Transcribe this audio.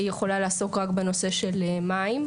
היא יכולה לעסוק רק בנושא של מים.